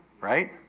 Right